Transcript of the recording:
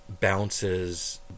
bounces